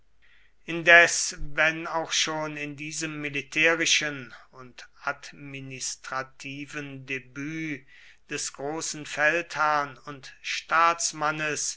indes wenn auch schon in diesem militärischen und administrativen debüt des großen feldherrn und staatsmannes